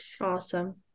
Awesome